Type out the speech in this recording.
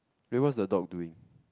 wait what's the dog doing